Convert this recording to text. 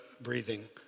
breathing